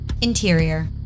Interior